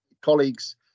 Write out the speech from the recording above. colleagues